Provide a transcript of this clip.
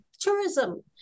tourism